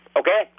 okay